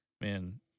man